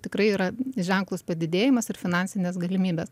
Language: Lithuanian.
tikrai yra ženklus padidėjimas ir finansinės galimybės